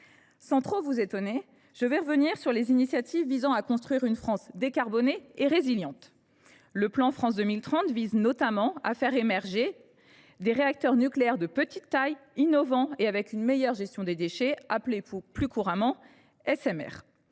guère, je concentrerai mon propos sur les initiatives visant à construire une France décarbonée et résiliente. Le plan France 2030 vise notamment à faire émerger des réacteurs nucléaires de petite taille, innovants et assurant une meilleure gestion des déchets, que l’on appelle communément SMR,